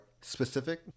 specific